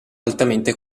altamente